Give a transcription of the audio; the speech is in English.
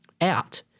out